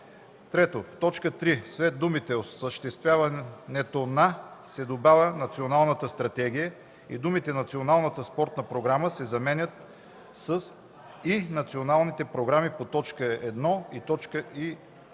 1”; 3. В т. 3 след думите „осъществяването на” се добавя „националната стратегия” и думите „националната спортна програма” се заменят с „и националните програми по т. 1 и 1а”.